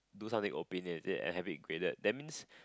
do something opinionated and having to be graded that means